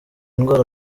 indwara